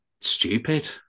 stupid